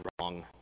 wrong